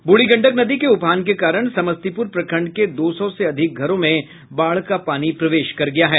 ब्रूढ़ी गंडक नदी के उफान के कारण समस्तीपुर प्रखंड के दो सौ से अधिक घरों में बाढ़ का पानी प्रवेश कर गया है